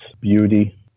beauty